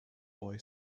boy